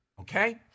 okay